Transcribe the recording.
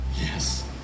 Yes